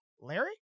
Larry